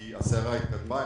כי הסערה התקדמה,